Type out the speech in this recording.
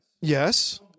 yes